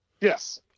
Yes